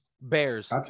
Bears